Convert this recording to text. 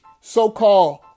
so-called